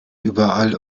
überall